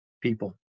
people